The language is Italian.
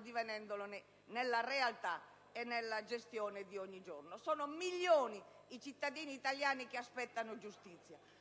divenendolo di fatto nella realtà e nella gestione di ogni giorno. Sono milioni i cittadini italiani che aspettano giustizia.